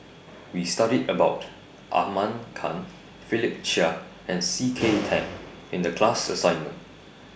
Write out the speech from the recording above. We studied about Ahmad Khan Philip Chia and C K Tang in The class assignment